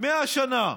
100 שנה.